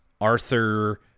Arthur